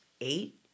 eight